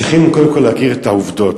צריכים קודם כול להכיר את העובדות,